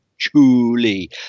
Truly